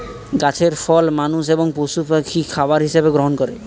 গাছের ফল মানুষ এবং পশু পাখি খাবার হিসাবে গ্রহণ করে